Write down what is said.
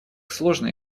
сложно